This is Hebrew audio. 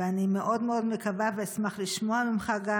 ואני מאוד מאוד מקווה ואשמח לשמוע ממך גם